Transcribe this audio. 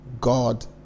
God